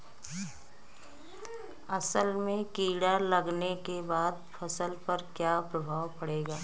असल में कीड़ा लगने के बाद फसल पर क्या प्रभाव पड़ेगा?